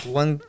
one